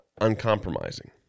uncompromising